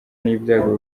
n’ibyago